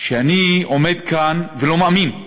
שאני עומד כאן ולא מאמין.